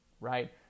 right